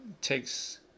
takes